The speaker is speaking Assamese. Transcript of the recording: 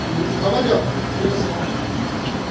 হ'ব দিয়ক ঠিক আছে অ' অ'